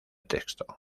texto